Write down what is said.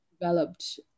developed